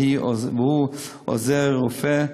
והוא עוזר רופא,